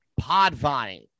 Podvine